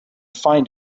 find